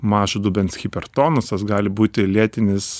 mažo dubens hipertonusas gali būti lėtinis